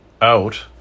out